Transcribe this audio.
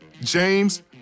James